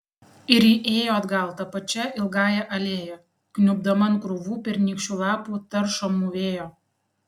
ir ji ėjo atgal ta pačia ilgąja alėja kniubdama ant krūvų pernykščių lapų taršomų vėjo